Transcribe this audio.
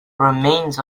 remains